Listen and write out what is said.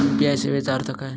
UPI सेवेचा अर्थ काय?